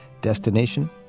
Destination